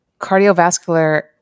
cardiovascular